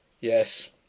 Yes